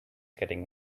getting